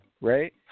right